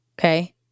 okay